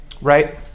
right